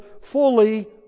fully